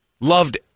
loved